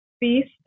Beast